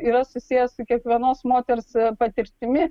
yra susiję su kiekvienos moters patirtimi